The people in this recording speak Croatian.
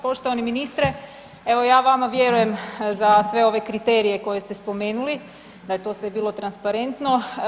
Poštovani ministre, evo ja vama vjerujem za sve ove kriterije koje ste spomenuli, da je to sve bilo transparentno.